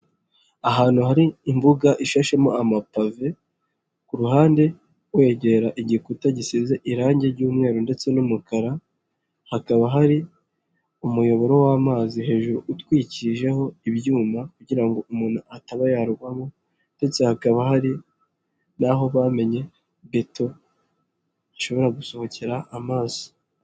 Ahantu hari imbuga ishashemo amapave, ku ruhande wegera igikuta gisize irangi ry'umweru ndetse n'umukara hakaba hari umuyoboro w'amazi hejuru utwikijeho ibyuma kugira ngo umuntu ataba yagwamo ndetse hakaba hari n'aho bamenye beto hashobora gusohokera amazi.